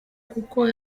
kuko